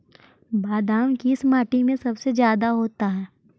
बादाम किस माटी में सबसे ज्यादा होता है?